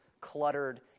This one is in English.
cluttered